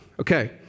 Okay